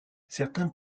certains